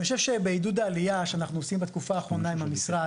אז אני חושב שבעידוד עלייה שאנחנו עושים בתקופה האחרונה עם המשרד,